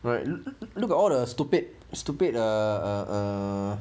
right look at all the stupid stupid uh uh